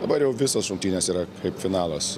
dabar jau visos rungtynės yra kaip finalas